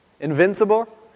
Invincible